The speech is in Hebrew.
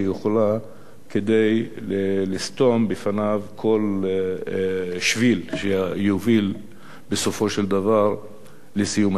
כדי לסתום בפניו כל שביל שיוביל בסופו של דבר לסיום הסכסוך.